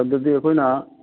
ꯑꯗꯨꯗꯤ ꯑꯩꯈꯣꯏꯅ